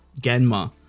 Genma